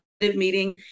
meeting